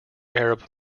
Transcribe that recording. arab